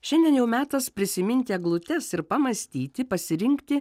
šiandien jau metas prisiminti eglutes ir pamąstyti pasirinkti